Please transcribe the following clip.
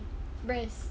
breast